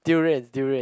durian durian